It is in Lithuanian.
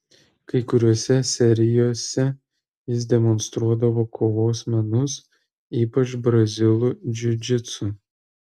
kai kuriose serijose jis demonstruodavo kovos menus ypač brazilų džiudžitsu